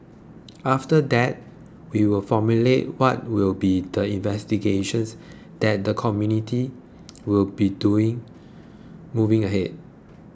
after that we will formulate what will be the investigations that the committee will be doing moving